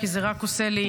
כי זה רק עושה לי